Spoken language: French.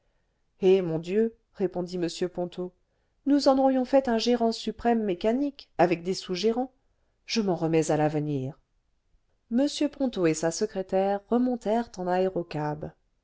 eh mon dieu répondit m ponto nous en aurions fait un gérant suprême mécanique avec des sous gérants je m'en remets à l'avenir m ponto et sa secrétaire remontèrent en aérocab